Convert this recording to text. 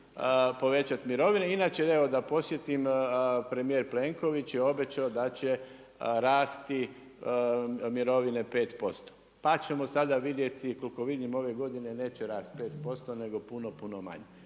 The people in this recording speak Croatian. povećat mirovine. Inače evo da podsjetim, premjer Plenković je obećao da će rasti mirovine 5%, pa ćemo sada vidjeti, koliko vidim ove godine neće rasti 5%, nego puno puno manje.